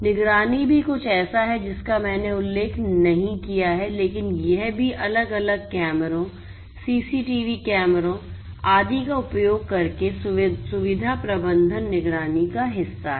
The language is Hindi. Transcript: निगरानी भी कुछ ऐसा है जिसका मैंने उल्लेख नहीं किया है लेकिन यह भी अलग अलग कैमरों सीसीटीवी कैमरों आदि का उपयोग करके सुविधा प्रबंधन निगरानी का हिस्सा है